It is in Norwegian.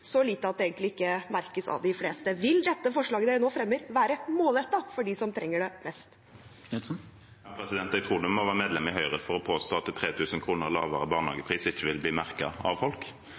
så lite at det egentlig ikke merkes av de fleste. Vil det forslaget dere nå fremmer, være målrettet for dem som trenger det mest? Jeg tror en må være medlem i Høyre for å påstå at 3 000 kr lavere barnehagepris ikke vil bli merket av folk,